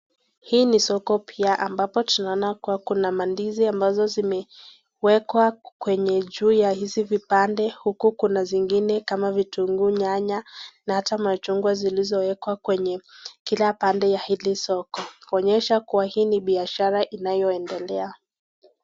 Hii ni soko pia ambapo tunaona kuwa kuna mandizi ambazo zimewekwa kwenye juu ya hizi vipande uku kuna zingine kama vitunguu, nyanya na ata machungwa zilizowekwa kwenye kila pande ya hili soko, onyesha kuwa hii ni biashara inayoendelea.